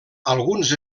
alguns